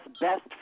best